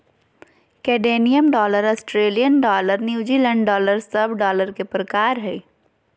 Canadian dollar, Australian dollar, New Zealand dollar सब dollar के प्रकार हय